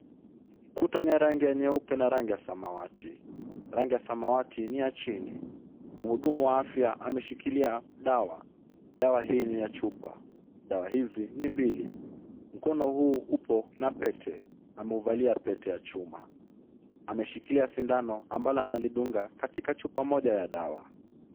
Kuta ni ya rangi nyeupe na rangi ya samawati, rangi ya samawati ni ya chini, mhudumu wa afya ameshikilia dawa, dawa hii ni ya chupa, dawa hizi ni mbili, mkono huu uko na pete, amevalia pete ya chuma, ameshikilia sindano ambayo anaidunga katika chupa moja ya dawa.